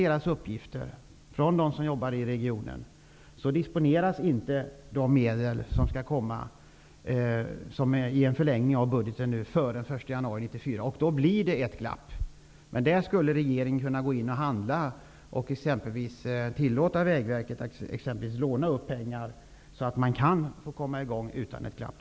Enligt uppgifter från personer som jobbar i regionen disponeras inte de medel som skall komma i en förlängning av budgeten före den 1 januari 1994. Således blir det ett glapp. Regeringen skulle dock kunna handla och exempelvis tillåta Vägverket att låna upp pengar, så att man kan komma i gång och så att det inte blir något glapp.